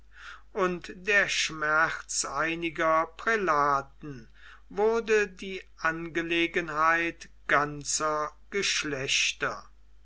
und der schmerz einiger prälaten wurde die angelegenheit ganzer geschlechter